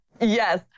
Yes